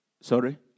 Sorry